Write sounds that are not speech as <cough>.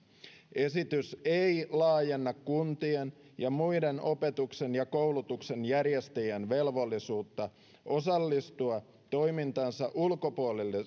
esitys ei laajenna kuntien ja muiden opetuksen ja koulutuksen järjestäjien velvollisuutta osallistua toimintansa ulkopuoliseen <unintelligible>